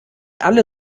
alle